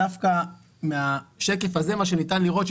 דווקא מהשקף הזה מה שניתן לראות,